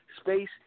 space